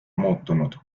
muutunud